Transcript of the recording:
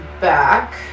back